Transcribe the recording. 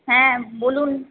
হ্যাঁ বলুন